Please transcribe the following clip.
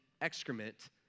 excrement